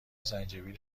زنجبیل